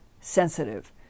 sensitive